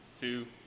two